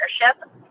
partnership